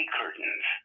curtains